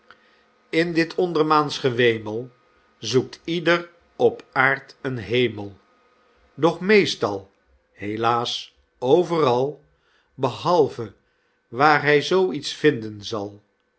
in dit ondermaansch gewemel zoekt ieder op aard een hemel doch meestal helaas overal behalve waar hy zoo iets vinden zal